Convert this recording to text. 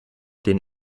den